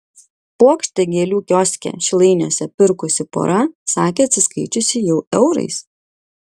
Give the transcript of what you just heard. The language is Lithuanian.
puokštę gėlių kioske šilainiuose pirkusi pora sakė atsiskaičiusi jau eurais